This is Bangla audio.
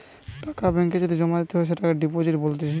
টাকা ব্যাঙ্ক এ যদি জমা দিতে হয় সেটোকে ডিপোজিট বলতিছে